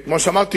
כאמור,